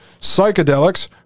Psychedelics